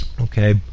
Okay